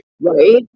right